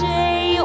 day